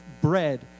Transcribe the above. bread